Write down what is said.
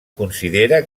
considera